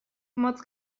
motz